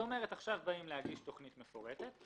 אם עכשיו באים להגיש תכנית מפורטת,